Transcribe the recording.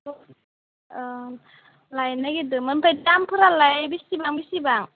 अ लायनो नागिरदोंमोन ओमफ्राय दामफोरालाय बिसिबां बिसिबां